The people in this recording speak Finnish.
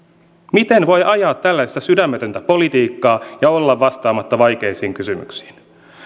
miten voi ajaa tällaista sydämetöntä politiikkaa ja olla vastaamatta vaikeisiin kysymyksiin